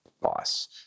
boss